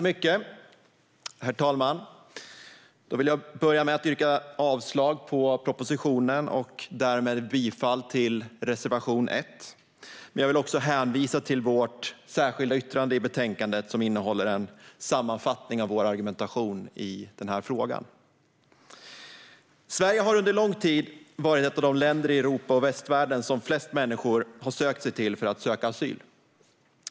Herr talman! Jag vill börja med att yrka avslag på propositionen och därmed bifall till reservation 1 i betänkandet. Jag vill också hänvisa till vårt särskilda yttrande i betänkandet, som innehåller en sammanfattning av vår argumentation i den här frågan. Sverige har under lång tid varit ett av de länder i Europa och västvärlden som flest människor har sökt sig till för att söka asyl.